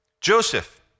Joseph